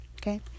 Okay